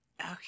Okay